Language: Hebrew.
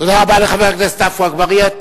תודה רבה לחבר הכנסת עפו אגבאריה.